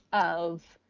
of